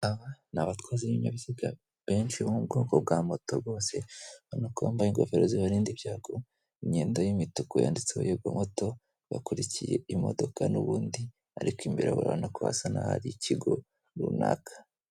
Aba ni abatwazi b'ibinyabiziga benshi bo mu bwoko bwa moto bose, urabona ko bambaye ingofero zibarinda ibyago, imyenda y'imituku yanditseho yego moto, bakurikiye imodoka n'ubundi, ariko imbere urabona ko hasa n'ahari ikigo runaka.